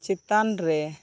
ᱪᱮᱛᱟᱱ ᱨᱮ